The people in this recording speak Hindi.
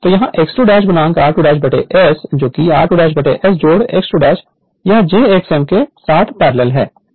तो यह x 2 r2 S is r2 S x 2 यह j x m के साथ पैरेलल है